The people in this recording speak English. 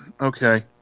Okay